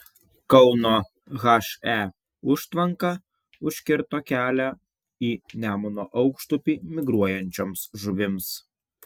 kauno he užtvanka užkirto kelią į nemuno aukštupį migruojančioms žuvims